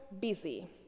busy